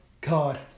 God